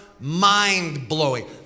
mind-blowing